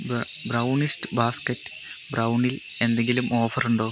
brownished basket ബ്രൗണിൽ എന്തെങ്കിലും offer ഉണ്ടോ